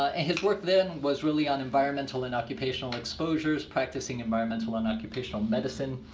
ah his work then was really on environmental and occupational exposures, practicing environmental and occupational medicine.